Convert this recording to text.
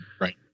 right